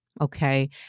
Okay